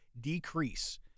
decrease